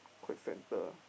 quite centre